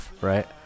right